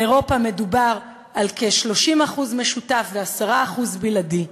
באירופה מדובר על כ-30% משותף ו-10% בלעדי.